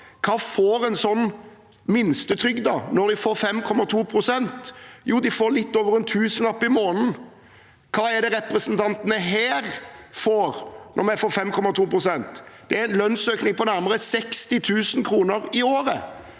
Hva får minstetrygdede når de får 5,2 pst.? Jo, de får litt over en tusenlapp i måneden. Hva er det representantene her får når vi får 5,2 pst.? Det er en lønnsøkning på nærmere 60 000 kr i året.